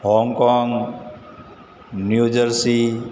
Hong Kong new jersey